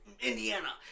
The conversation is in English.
Indiana